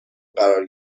قرار